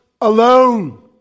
alone